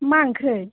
मा ओंख्रि